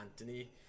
Anthony